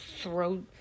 throw